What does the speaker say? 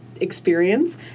experience